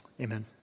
Amen